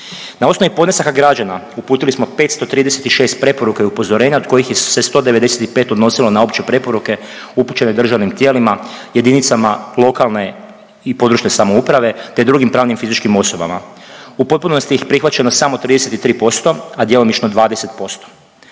Na osnovi podnesaka građana, uputili smo 526 preporuka i upozorenja od kojih se 195 odnosilo na opće preporuke upućene državnim tijelima, jedinicama lokalne i područne samouprave te drugim pravnim i fizičkim osobama. U potpunosti ih je prihvaćeno samo 33%, a djelomično 20%.